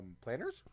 planners